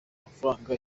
amafaranga